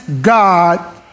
God